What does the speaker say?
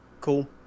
Cool